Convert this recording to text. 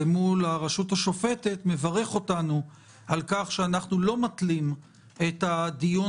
מול הרשות השופטת מברך אותנו על כך שאנחנו לא מתלים את הדיון